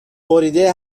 بریده